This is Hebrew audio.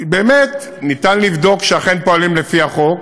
באמת, אפשר לבדוק שאכן פועלים לפי החוק,